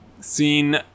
seen